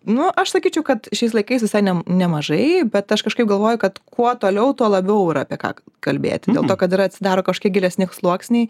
nu aš sakyčiau kad šiais laikais visai ne nemažai bet aš kažkaip galvoju kad kuo toliau tuo labiau yra apie ką kalbėti dėl to kad yra atsidaro kažkokie gilesni sluoksniai